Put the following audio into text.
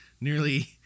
Nearly